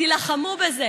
לרבות לראש הממשלה,